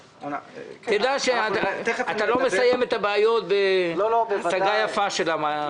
תדע שאתה לא מסיים את הבעיות בהצגה יפה של המצגת,